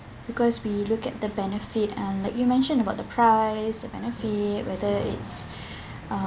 because we look at the benefit and like you mentioned about the price the benefit whether it's uh